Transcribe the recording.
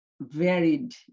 varied